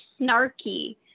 snarky